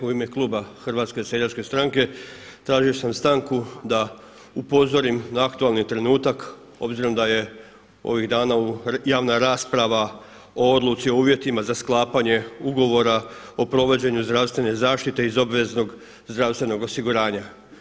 U ime klub HSS-a tražio sam stanku da upozorim na aktualni trenutak obzirom da je ovih dana javna rasprava o odluci o uvjetima za sklapanje ugovora o provođenju zdravstvene zaštite iz obveznog zdravstvenog osiguranja.